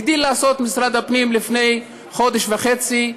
הגדיל לעשות משרד הפנים לפני חודש וחצי,